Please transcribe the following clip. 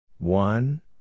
One